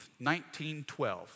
1912